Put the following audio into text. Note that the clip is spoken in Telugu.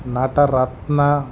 నటరత్న